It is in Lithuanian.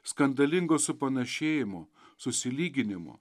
skandalingo supanašėjimo susilyginimo